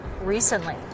recently